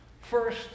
first